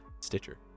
Stitcher